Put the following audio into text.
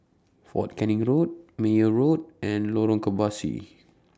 Fort Canning Road Meyer Road and Lorong Kebasi